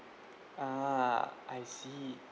ah I see